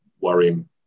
worrying